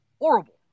Horrible